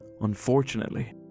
unfortunately